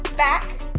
back,